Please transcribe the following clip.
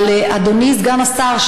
אבל אדוני סגן השר,